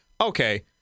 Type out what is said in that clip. okay